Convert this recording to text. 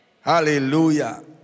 Hallelujah